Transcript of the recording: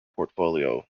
portfolio